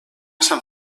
sant